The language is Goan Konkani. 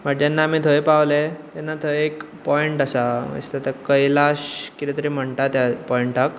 बट जेन्ना आमी थंय पावले तेन्ना थंय एक पॉयंट आसा कैलाश कितें तरी म्हणटात त्या पॉयंटाक